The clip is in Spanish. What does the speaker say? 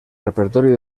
repertorio